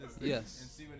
Yes